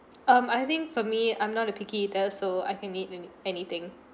um I think for me I'm not a picky eater so I can eat any anything